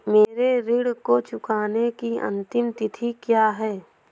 मेरे ऋण को चुकाने की अंतिम तिथि क्या है?